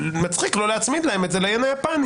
מצחיק לא להצמיד להם את זה ל-ין היפני,